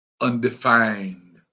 undefined